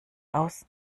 aus